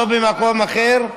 לא במקום אחר,